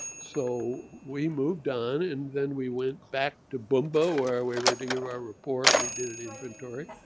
so we moved on. and then we went back to boma boma where we were to give our report, we did an inventory.